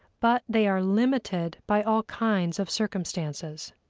but they are limited by all kinds of circumstances.